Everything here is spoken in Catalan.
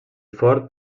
fort